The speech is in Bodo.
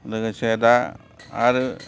लोगोसे दा आरो